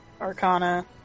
Arcana